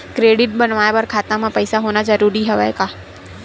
Credit बनवाय बर खाता म पईसा होना जरूरी हवय का?